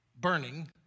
burning